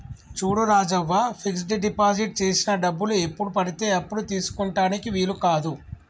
చూడు Rajavva fix deposit చేసిన డబ్బులు ఎప్పుడు పడితే అప్పుడు తీసుకుటానికి వీలు కాదు